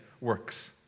works